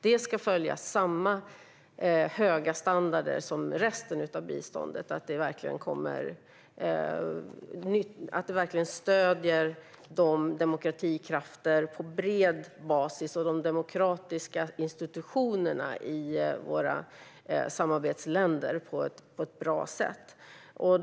Det ska följa samma höga standard som resten av biståndet så att det verkligen stöder demokratikrafter på bred basis och de demokratiska institutionerna i våra samarbetsländer på ett bra sätt.